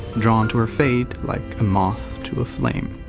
drawn to her fate like a moth to a flame.